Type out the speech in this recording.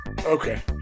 Okay